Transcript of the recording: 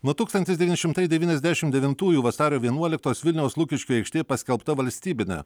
nuo tūkstantis devyni šimtai devyniasdešimt devintųjų vasario vienuoliktos vilniaus lukiškių aikštė paskelbta valstybine